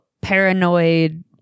Paranoid